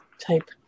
type